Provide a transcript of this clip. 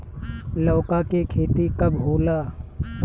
लौका के खेती कब होला?